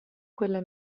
quella